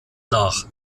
nach